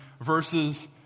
verses